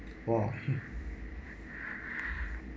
!wah!